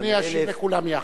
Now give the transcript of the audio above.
אדוני ישיב לכולם יחד.